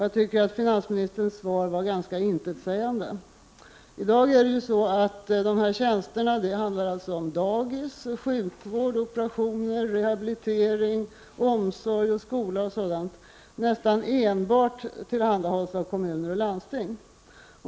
Jag tycker att finansministerns svar på denna fråga var ganska intetsägande. I dag tillhandahålls dessa tjänster — som finns på dagis, inom sjukvård, bl.a. i fråga om operationer och rehabilitering, inom omsorg och skola, m.m. — nästan enbart av kommuner och landsting.